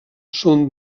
són